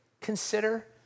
consider